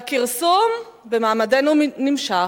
והכרסום במעמדנו נמשך.